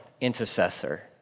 intercessor